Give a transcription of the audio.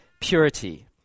purity